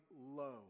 low